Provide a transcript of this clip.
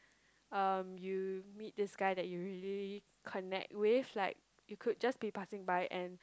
um you meet this guy that you usually connect with like you could just be passing by and